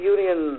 Union